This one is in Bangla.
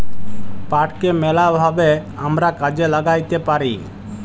পাটকে ম্যালা ভাবে আমরা কাজে ল্যাগ্যাইতে পারি